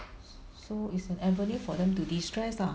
so is an avenue for them to destress lah